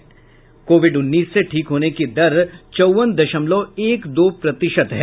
वहीं कोविड उन्नीस से ठीक होने की दर चौवन दशमलव एक दो प्रतिशत हो गई है